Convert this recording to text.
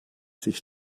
sich